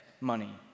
money